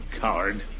coward